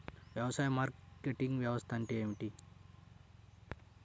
వ్యవసాయ మార్కెటింగ్ వ్యవస్థ అంటే ఏమిటి?